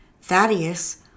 Thaddeus